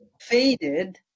faded